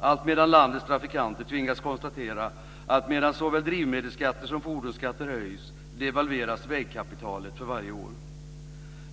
Samtidigt tvingas landets trafikanter konstatera att såväl drivmedelsskatter som fordonsskatter höjs medan vägkapitalet devalveras för varje år.